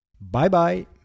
Bye-bye